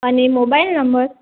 અને mobile number